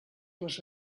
les